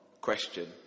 question